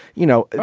you know,